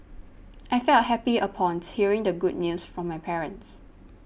I felt happy upon hearing the good news from my parents